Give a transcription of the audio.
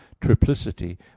triplicity